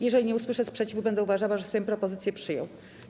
Jeżeli nie usłyszę sprzeciwu, będę uważała, że Sejm propozycję przyjął.